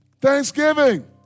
Thanksgiving